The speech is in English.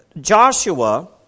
Joshua